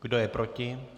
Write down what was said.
Kdo je proti?